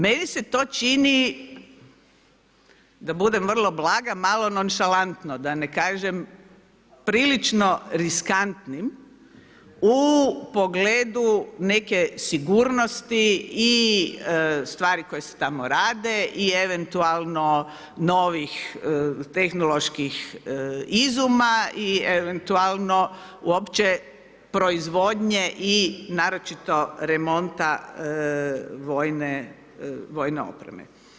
Meni se to čini, da budem vrlo blaga, malo nonšalantno, da ne kažem prilično riskantnim u pogledu neke sigurnosti i stvari koje se tamo rade i eventualno novih tehnoloških izuma i eventualno uopće proizvodnje i naročito remonta vojne opreme.